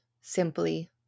simply